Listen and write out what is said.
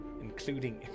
Including